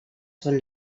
són